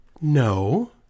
No